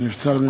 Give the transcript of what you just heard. שנבצר ממנו,